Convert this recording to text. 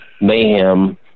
mayhem